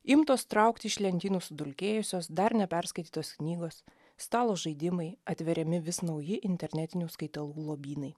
imtos traukti iš lentynų sudulkėjusios dar neperskaitytos knygos stalo žaidimai atveriami vis nauji internetinių skaitalų lobynai